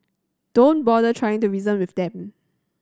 don't bother trying to reason with them